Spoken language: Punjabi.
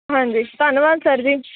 ਹਾਂਜੀ ਧੰਨਵਾਦ ਸਰ ਜੀ